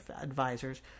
advisors